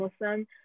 Muslim